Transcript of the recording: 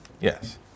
Yes